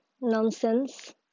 nonsense